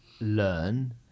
learn